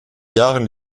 jahren